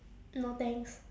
no thanks